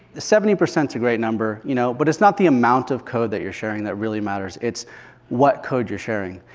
seventy percent is a great number. you know but it's not the amount of code that you're sharing that really matters. it's what code you're sharing.